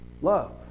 love